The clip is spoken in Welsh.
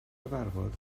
cyfarfod